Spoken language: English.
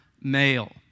male